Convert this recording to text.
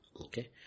Okay